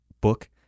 book